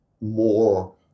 more